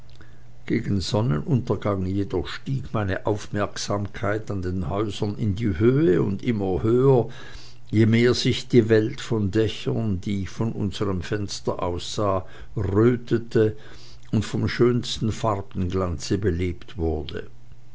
gegen sonnenuntergang jedoch stieg meine aufmerksamkeit an den häusern in die höhe und immer höher je mehr sich die welt von dächern die ich von unserm fenster aus übersah rötete und vom schönsten farbenglanze belebt wurde